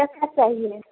क्या क्या चाहिए